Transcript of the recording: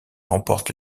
remporte